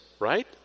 right